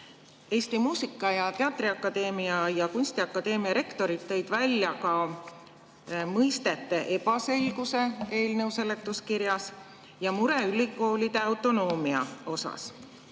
Eesti Muusika- ja Teatriakadeemia ning Eesti Kunstiakadeemia rektor tõid välja mõistete ebaselguse eelnõu seletuskirjas ja mure ülikoolide autonoomia pärast.